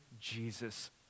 Jesus